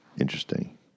interesting